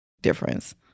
difference